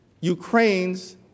Ukraine's